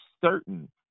certain